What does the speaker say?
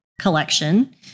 collection